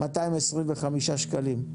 225 שקלים.